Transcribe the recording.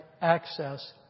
access